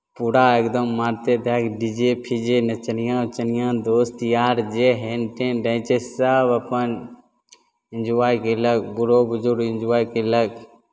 पूरा एकदम मारिते धऽ कऽ डी जे फीजे नचनिआँ उचनिआँ दोस्त यार जे हेन टेन रहै छै सभ अपन इन्जॉय कयलक ग्रुप जोर इन्जॉय कयलक